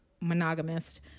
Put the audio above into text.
monogamist